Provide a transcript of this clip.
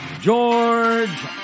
George